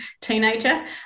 teenager